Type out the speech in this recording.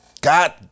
God